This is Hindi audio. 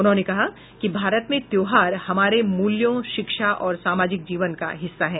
उन्होंने कहा कि भारत में त्योहार हमारे मूल्यों शिक्षा और सामाजिक जीवन का हिस्सा हैं